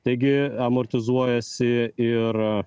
taigi amortizuojasi ir a